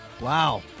Wow